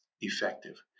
effective